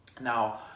Now